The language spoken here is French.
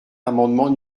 l’amendement